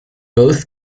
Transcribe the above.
both